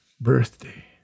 birthday